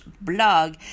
blog